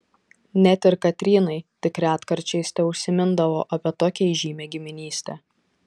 net ir katrynai tik retkarčiais teužsimindavo apie tokią įžymią giminystę